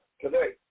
today